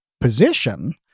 position